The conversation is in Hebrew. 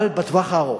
אבל בטווח הארוך,